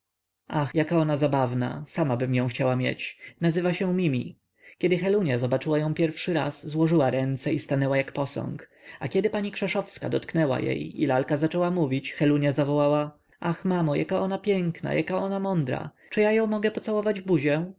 ach jaka ona zabawna samabym ją chciała mieć nazywa się mimi kiedy helunia zobaczyła ją pierwszy raz złożyła ręce i stanęła jak posąg a kiedy pani krzeszowska dotknęła jej i lalka zaczęła mówić helunia zawołała ach mamo jaka ona piękna jaka ona mądra czy ja ją mogę pocałować w buzię